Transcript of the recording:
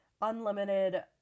unlimited